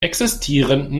existieren